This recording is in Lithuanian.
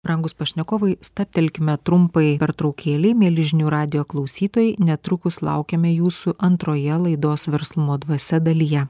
brangūs pašnekovai stabtelkime trumpai pertraukėlei mieli žinių radijo klausytojai netrukus laukiame jūsų antroje laidos verslumo dvasia dalyje